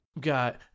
got